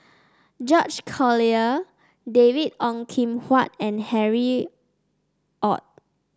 George Collyer David Ong Kim Huat and Harry Ord